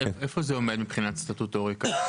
איפה זה עומד מבחינת סטטוטוריקה?